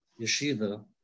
yeshiva